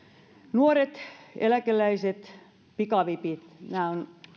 nuoret eläkeläiset pikavipit nämä